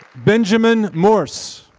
benjamin morse.